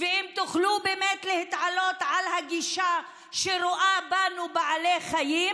ואם תוכלו באמת להתעלות על הגישה שרואה בנו בעלי חיים